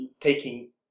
Taking